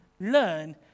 learn